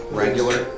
regular